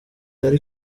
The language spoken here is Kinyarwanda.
yari